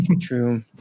true